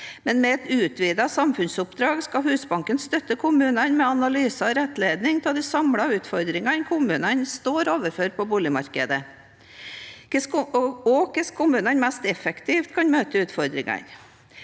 Med et utvidet samfunnsoppdrag skal Husbanken støtte kommunene med analyse og rettledning av de samlede utfordringene kommunene står overfor på boligmarkedet, og hvordan kommunene mest effektivt kan møte utfordringene.